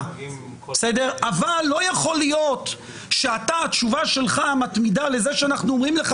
אבל לא יכול להיות שהתשובה שלך כאשר אנחנו אומרים לך